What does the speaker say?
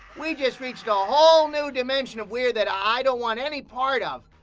we just reached a whole new dimension of weird that i don't want any part of.